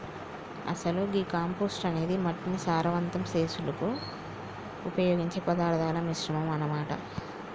అసలు గీ కంపోస్టు అనేది మట్టిని సారవంతం సెసులుకు ఉపయోగించే పదార్థాల మిశ్రమం అన్న మాట